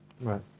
right